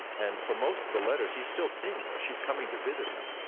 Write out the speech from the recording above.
and for most of the letters, he's still seeing her. she's coming to visit him.